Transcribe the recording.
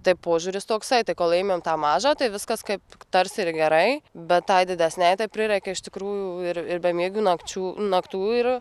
tai požiūris toksai tai kol ėmėm tą mažą tai viskas kaip tarsi ir gerai bet tai didesnei tai prireikė iš tikrųjų ir bemiegių nakčių naktų ir